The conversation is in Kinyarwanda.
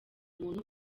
muntu